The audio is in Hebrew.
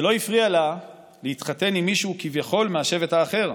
זה לא הפריע לה להתחתן עם מישהו מהשבט האחר,